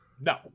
No